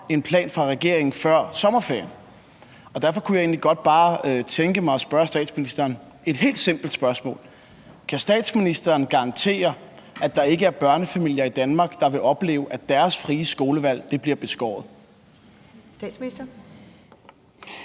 en plan fra regeringen før sommerferien. Derfor kunne jeg egentlig bare godt tænke mig at stille statsministeren et helt simpelt spørgsmål: Kan statsministeren garantere, at der ikke er børnefamilier i Danmark, der vil opleve, at deres frie skolevalg bliver beskåret?